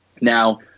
Now